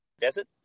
Desert